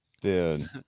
dude